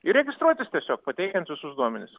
ir registruotis tiesiog pateikiant visus duomenis